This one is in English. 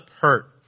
hurt